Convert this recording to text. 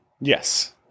Yes